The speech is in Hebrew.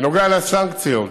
בנוגע לסנקציות,